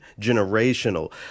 generational